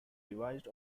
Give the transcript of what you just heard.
revised